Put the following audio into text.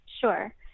Sure